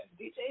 DJ